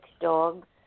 dogs